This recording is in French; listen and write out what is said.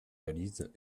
valise